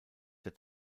der